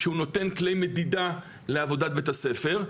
שהוא נותן כלי מדידה לעבודת בית הספר,